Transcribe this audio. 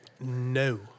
No